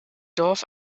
dorf